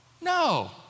No